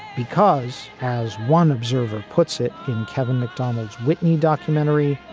because, as one observer puts it in kevin mcdonald whitney documentary,